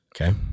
okay